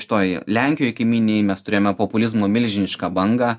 šitoj lenkijoj kaimynėj mes turėjome populizmo milžinišką bangą